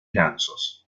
gansos